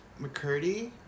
McCurdy